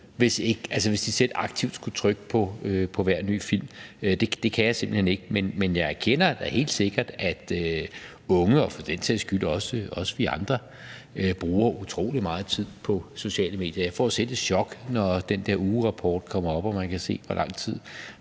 hvis de selv aktivt skulle trykke på hver ny film. Det kan jeg simpelt hen ikke. Men jeg erkender da helt sikkert, at unge og for den sags skyld også vi andre bruger utrolig meget tid på sociale medier. Jeg får selv et chok, når den der ugerapport kommer op og man kan se, hvor lang tid